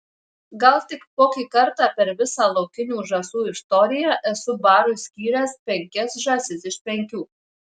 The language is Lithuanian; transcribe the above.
gal tik kokį kartą per visą laukinių žąsų istoriją esu barui skyręs penkias žąsis iš penkių